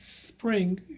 Spring